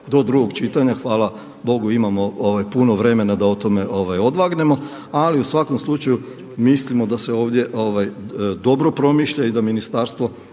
do drugog čitanja, hvala Bogu imamo puno vremena da o tome odvagnemo. Ali u svakom slučaju mislimo da se ovdje dobro promišlja i da ministarstvo